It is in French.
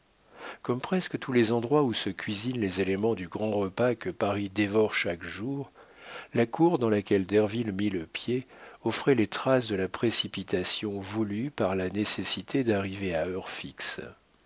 comme presque tous les endroits où se cuisinent les éléments du grand repas que paris dévore chaque jour la cour dans laquelle derville mit le pied offrait les traces de la précipitation voulue par la nécessité d'arriver à heure fixe